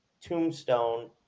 tombstone